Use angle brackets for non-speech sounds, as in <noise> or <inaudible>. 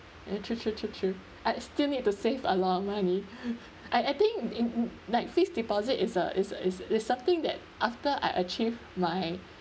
eh true true true true I still need to save a lot of money <breath> I I think <noise> like fixed deposit is a is is is something that after I achieve my